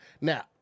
Now